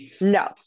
No